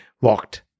walked